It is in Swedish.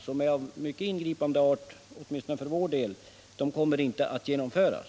som är av mycket ingripande art — åtminstone för den del av landet där jag bor — inte kommer att genomföras?